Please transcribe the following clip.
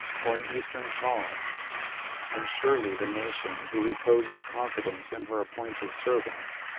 or an eastern shawl and surely the nation who reposes confidence in her appointed servants,